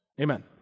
Amen